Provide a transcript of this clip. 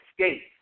escape